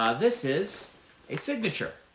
ah this is a signature.